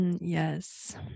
yes